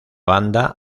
banda